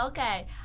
Okay